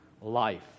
life